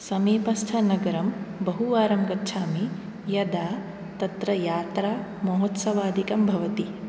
समीपस्थनगरं बहुवारं गच्छामि यदा तत्र यात्रा महोत्सवादिकं भवति